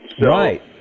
Right